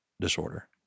disorder